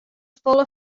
folle